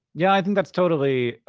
yeah, i think that's totally,